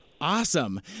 Awesome